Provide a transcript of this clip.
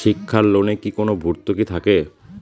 শিক্ষার লোনে কি কোনো ভরতুকি থাকে?